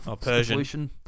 Persian